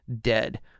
dead